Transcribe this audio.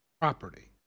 property